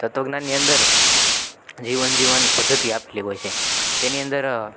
તત્વજ્ઞાનની અંદર જીવન જીવવાની પદ્ધતિ આપેલી હોય છે તેની અંદર